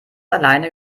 alleine